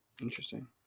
Interesting